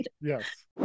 Yes